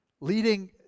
leading